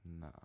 No